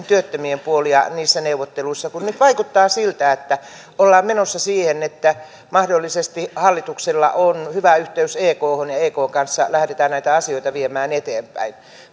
työttömien puolia niissä neuvotteluissa kun nyt vaikuttaa siltä että ollaan menossa siihen että mahdollisesti hallituksella on hyvä yhteys ekhon ja ekn kanssa lähdetään näitä asioita viemään eteenpäin